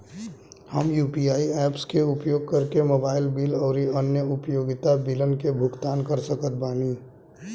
हम UPI apps के उपयोग करके मोबाइल बिल आउर अन्य उपयोगिता बिलन के भुगतान कर सकत बानी